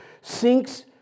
sinks